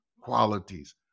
qualities